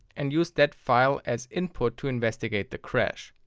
and use that file as input to investigate the crash.